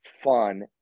fun